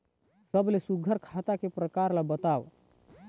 सबले सुघ्घर खाता के प्रकार ला बताव?